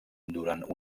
durant